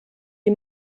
die